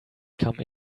come